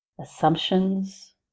assumptions